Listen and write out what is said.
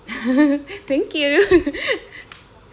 thank you